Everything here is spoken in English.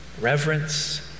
reverence